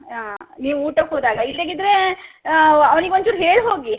ಹಾಂ ನೀವು ಊಟಕ್ಕೆ ಹೋದಾಗ ಇಲ್ಲಿಗಿದ್ದರೆ ಅವ್ನಿಗೆ ಒಂಚೂರು ಹೇಳಿ ಹೋಗಿ